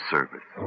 Service